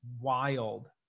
wild